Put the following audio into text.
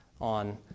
on